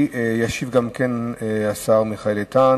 גם כאן ישיב השר מיכאל איתן.